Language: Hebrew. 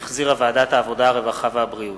שהחזירה ועדת העבודה, הרווחה והבריאות.